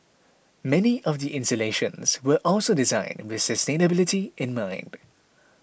many of the installations were also designed with sustainability in mind